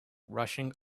rushing